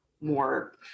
more